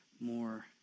more